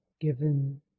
given